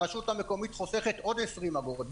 הרשות המקומית חוסכת עוד 20 אגורות,